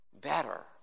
Better